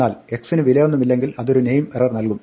എന്നാൽ x ന് വിലയൊന്നുമില്ലെങ്കിൽ അതൊരു നെയിം എറർ നൽകും